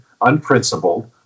unprincipled